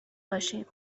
باشیم